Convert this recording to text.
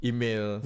Email